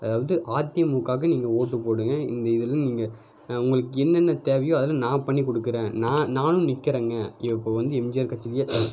அதாவது அதிமுகாவுக்கு நீங்கள் ஓட்டுப் போடுங்கள் இந்த இதில் நீங்கள் உங்களுக்கு என்னென்ன தேவையோ அதலாம் நான் பண்ணிக்கொடுக்குறேன் நான் நானும் நிற்கிறங்க எ இப்போது வந்து எம்ஜிஆர் கட்சி